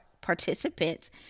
participants